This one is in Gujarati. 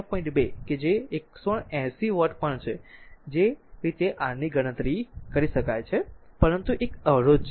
2 કે જે 180 વોટ પણ છે જે રીતે r ની ગણતરી કરી શકાય છે પરંતુ એક અવરોધ છે